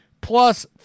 plus